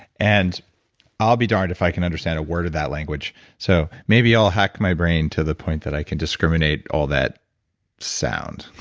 and i'll be darned if i can understand a word of that language so maybe i'll hack my brain to the point that i can discriminate all that sound